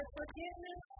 forgiveness